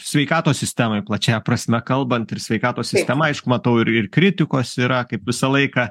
sveikatos sistemoj plačiąja prasme kalbant ir sveikatos sistema aš matau ir ir kritikos yra kaip visą laiką